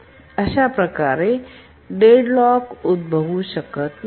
अशा प्रकारे डेडलॉक उद्भवू शकत नाही